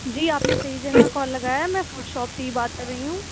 جی آپ نے صحیح جگہ کال لگایا ہے میں فروٹ شاپ سے ہی بات کر رہی ہوں